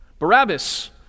Barabbas